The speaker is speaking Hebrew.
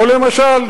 או למשל,